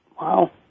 Wow